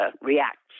reacts